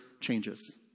changes